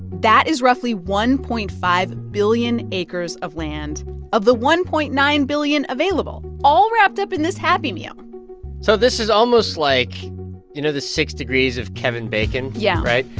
that is roughly one point five billion acres of land of the one point nine billion available, all wrapped up in this happy meal so this is almost like you know the six degrees of kevin bacon. yeah. right?